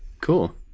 Cool